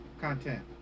content